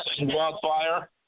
Wildfire